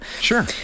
Sure